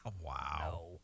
Wow